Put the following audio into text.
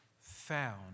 found